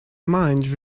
mind